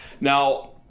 Now